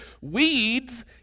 weeds